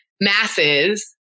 masses